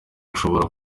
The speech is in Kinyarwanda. ashobora